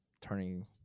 turning